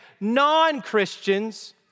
non-Christians